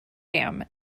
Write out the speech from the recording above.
dam